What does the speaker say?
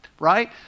right